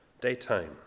daytime